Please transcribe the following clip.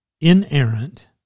inerrant